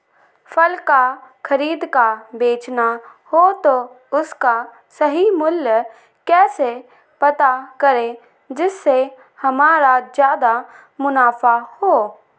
फल का खरीद का बेचना हो तो उसका सही मूल्य कैसे पता करें जिससे हमारा ज्याद मुनाफा हो?